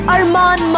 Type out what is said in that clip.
Arman